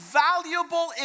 valuable